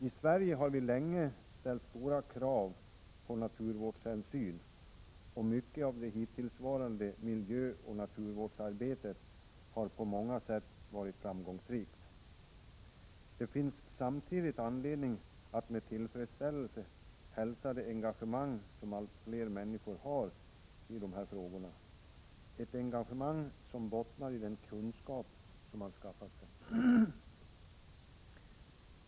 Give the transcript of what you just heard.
I Sverige har vi länge ställt stora krav på naturvårdshänsyn och mycket av det hittillsvarande miljöoch naturvårdsarbetet har på många sätt varit framgångsrikt. Det finns samtidigt anledning att med tillfredsställelse hälsa det engagemang som allt fler människor har i de här frågorna, ett engagemang som bottnar i den kunskap man skaffat sig.